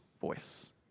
voice